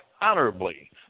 honorably